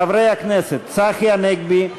חברי הכנסת צחי הנגבי,